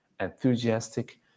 enthusiastic